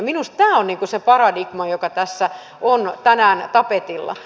minusta tämä on se paradigma joka tässä on tänään tapetilla